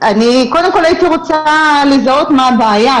אני קודם כל הייתי רוצה לזהות מה הבעיה,